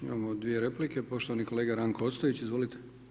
Imamo dvije replike, poštovani kolega Ranko Ostojić, izvolite.